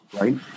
right